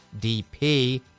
DP